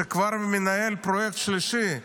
שמנהל פרויקט שלישי,